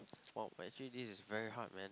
whoa actually this is very hard man